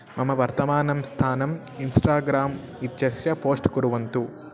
मम वर्तमानं स्थानम् इन्स्टाग्राम् इत्यस्य पोस्ट् कुर्वन्तु